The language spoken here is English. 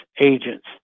agents